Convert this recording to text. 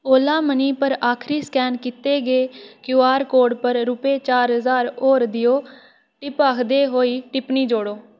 ओला money पर आखरी scan कीते गे क्यूआर कोड पर रपे चार ज्हार होर देओ टिप आखदे होई टिप्पनी जोड़ो